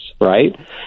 right